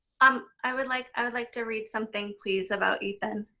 um i would like, i would like to read something please about ethan.